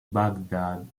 baghdad